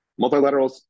Multilaterals